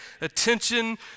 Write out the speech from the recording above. attention